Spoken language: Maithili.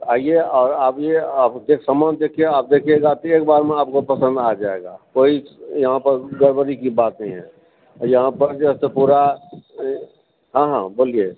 तो आइये और आ के समान देखिएगा तो एक बारमे आपको पसन्द आ जायेगा कोई यहाँ पर गड़बड़ी की बात नहीं है यहाँ पर जो है पुरा हँ हं बोलिए